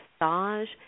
massage